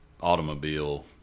automobile